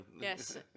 Yes